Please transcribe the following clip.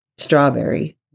strawberry